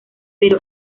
pero